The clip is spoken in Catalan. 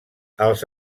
als